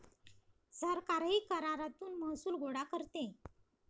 सरकारही करातून महसूल गोळा करते